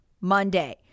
Monday